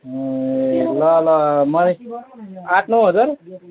ए ल ल मलाई आठ नौ हजार